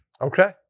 Okay